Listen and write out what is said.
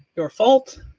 your fault,